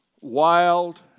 wild